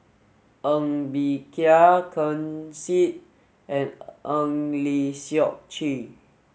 Ng Bee Kia Ken Seet and Eng Lee Seok Chee